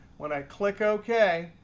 when i click ok,